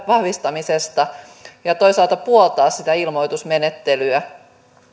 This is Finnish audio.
vahvistamisesta ja toisaalta puoltaa sitä ilmoitusmenettelyä